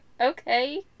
okay